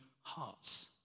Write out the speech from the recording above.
hearts